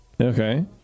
okay